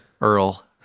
earl